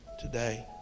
today